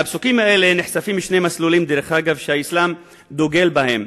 מהפסוקים נחשפים שני מסלולים שהאסלאם דוגל בהם.